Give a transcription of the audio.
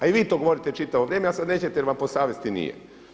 A i vi to govorite čitavo vrijeme a sada nećete jer vam po savjesti nije.